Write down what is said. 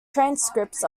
transcripts